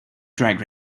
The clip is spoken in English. drag